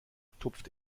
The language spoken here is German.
tupft